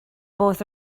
both